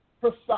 precise